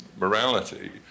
morality